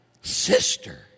Sister